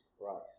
Christ